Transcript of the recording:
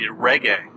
reggae